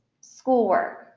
schoolwork